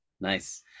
Nice